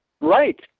Right